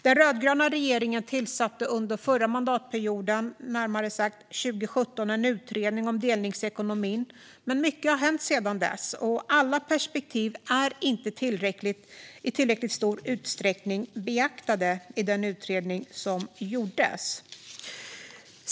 Den rödgröna regeringen tillsatte under den förra mandatperioden - närmare bestämt 2017 - en utredning om delningsekonomin. Mycket har dock hänt sedan dess, och alla perspektiv beaktades inte i tillräckligt stor utsträckning i den utredning som gjordes.